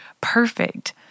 perfect